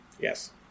Yes